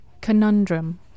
conundrum